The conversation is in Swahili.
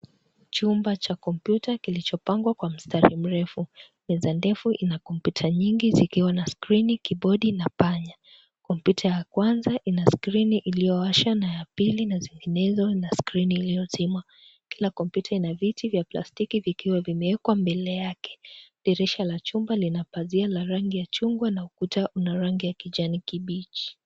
Chumba cha komyuta kilicho pangwa kwa mstari mrefu, meza ndefu ina kompyuta nyingi zikiwa na skrini, kibodi, na panya, kompyuta ya kwanza ina skrini iliowashwa na ya pili na zinginezo na skrini ilio zimwa, kila komyuta ina viti vya plastiki vikiwa vimewekwa mbele yake, dirisha la chuma lina pazia ya rangi ya chungwa, na ukuta una rangi ya kijani kibichi.